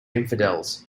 infidels